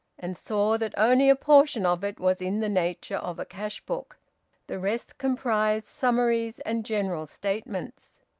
and saw that only a portion of it was in the nature of a cash-book the rest comprised summaries and general statements.